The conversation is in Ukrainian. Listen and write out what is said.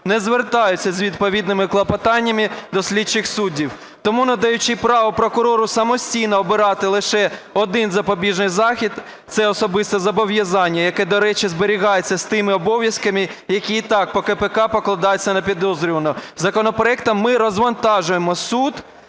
не звертаються з відповідними клопотаннями до слідчих суддів. Тому надаючи право прокурору самостійно обирати лише один запобіжний захід – це особисте зобов'язання, яке, до речі, зберігається з тими обов'язками, які і так по КПК покладаються на підозрюваного, законопроектом ми розвантажуємо суд